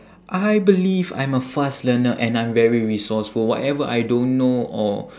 I believe I'm a fast learner and I'm very resourceful whatever I don't know or